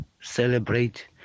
celebrate